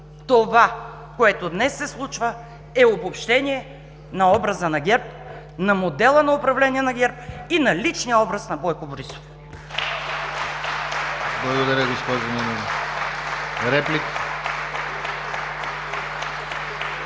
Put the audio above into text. Това, което днес се случва, е обобщение на образа на ГЕРБ, на модела на управление на ГЕРБ и на личния образ на Бойко Борисов. (Възгласи: „Браво, браво!“